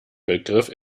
begriff